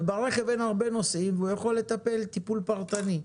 וברכב אין הרבה נוסעים והוא יכול לטפל טיפול פרטני.